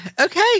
Okay